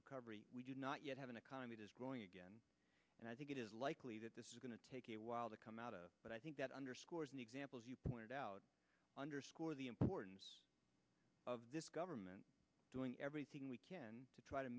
recovery we do not yet have an economy going again and i think it is likely that this is going to take a while to come out of but i think that underscores an example as you pointed out underscore the importance of this government doing everything we can to try to